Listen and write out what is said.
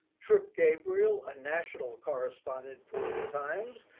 trip gabriel, a national correspondent for the times.